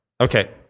Okay